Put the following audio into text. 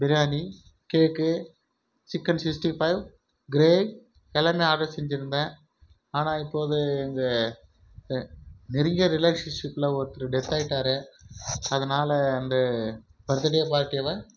biryani cake chicken sixty five gravy எல்லாமே order செஞ்சுருந்தேன் ஆனால் இப்போது எங்கள் நெருங்கிய ரிலேஷன்ஷிப்பில் ஒருத்தர் டெத் ஆயிட்டார் அதனால வந்து பர்த்டே பார்ட்டியெலாம்